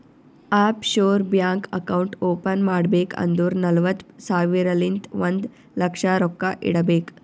of sure bank account open ಮಾಡ್ಬೇಕ್ ಅಂದುರ್ ನಲ್ವತ್ತ್ ಸಾವಿರಲಿಂತ್ ಒಂದ್ ಲಕ್ಷ ರೊಕ್ಕಾ ಇಡಬೇಕ್